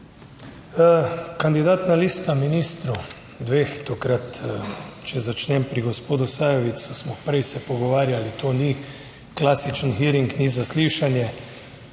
Kandidatna lista ministrov dveh, tokrat če začnem pri gospodu Sajovicu, smo prej se pogovarjali, to ni klasičen hearing, ni zaslišanje.